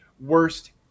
worst